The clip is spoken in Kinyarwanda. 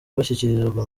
bashyikirizwa